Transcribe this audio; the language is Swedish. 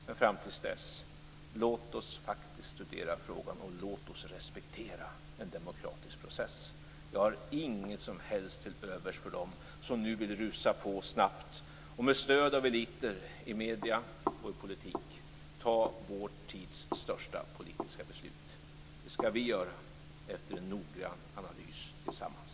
Men fram tills dess: Låt oss faktiskt studera frågan, och låt oss respektera en demokratisk process. Jag har inget som helst till övers för dem som nu vill rusa på snabbt och med stöd av eliter i medier och i politik fatta vår tids största politiska beslut. Det skall vi göra efter en noggrann analys tillsammans.